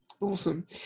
Awesome